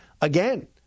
again